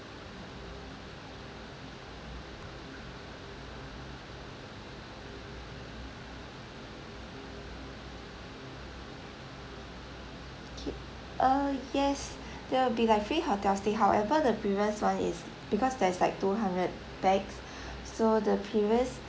okay uh yes there will be like free hotel stay however the previous one is because there's like two hundred pax so the previous